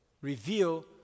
reveal